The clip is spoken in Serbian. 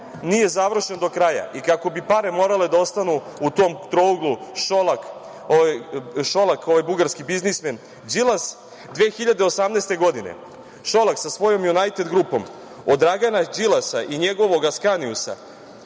nije završen do kraja i kako bi pare morale da ostanu u tom trouglu Šolak-bugarski biznismen-Đilas, 2018. godine Šolak sa svojom „Junajted grupom“ od Dragana Đilasa i njegovog „Askaniusa“